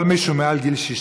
כל מי שמעל גיל 60